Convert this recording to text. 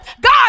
God